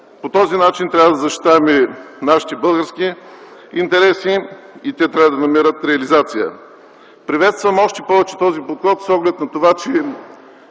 По този начин трябва да защитаваме нашите български интереси и те трябва да намерят реализация! Приветствам още повече този подход с оглед на това, че